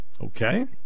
Okay